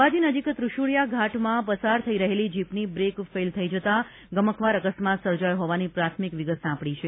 અંબાજી નજીક ત્રિશુળિયા ઘાટમાં પસાર થઇ રહેલી જીપની બ્રેક ફેઇલ થઇ જતા ગમખ્વાર અકસ્માત સર્જાયો હોવાની પ્રાથમિક વિગત સાંપડી છે